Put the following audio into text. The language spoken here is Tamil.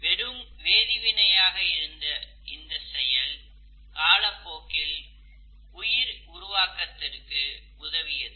வெறும் வேதிவினை ஆக இருந்த செயல் காலப்போக்கில் உயிர் உருவாக்கத்திற்கு உதவியது